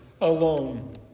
alone